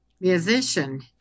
musician